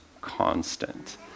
constant